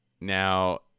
Now